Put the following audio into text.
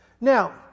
Now